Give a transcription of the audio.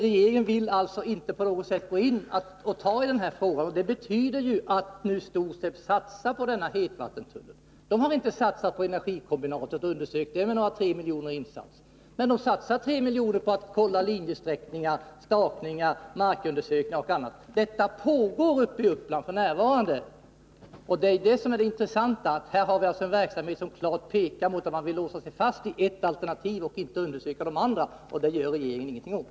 Regeringen vill inte ta itu med denna fråga. Det betyder att STOSEB satsar på hetvattentunneln. Bolaget har inte satsat några 3 milj.kr. på att undersöka energikombinatet, men man har satsat 3 milj.kr. på att kolla linjesträckningar, stakningar, markundersökningar och annat sådant. Detta pågår f. n. i Uppland. Det intressanta är att vi här har en verksamhet som klart visar att man vill låsa fast sig vid ett av alternativen och att man inte undersöker de andra. Och det gör regeringen ingenting åt.